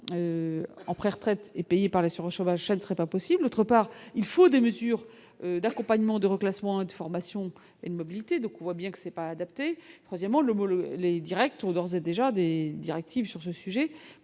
en préretraite et payés par l'assurance chômage, ça ne serait pas possible, autre part, il faut des mesures d'accompagnement de reclassements et de formation et de mobilité, donc on voit bien que c'est pas adapté, troisièmement le les Directs ont d'ores et déjà directives sur ce sujet